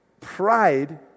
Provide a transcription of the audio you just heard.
pride